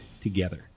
together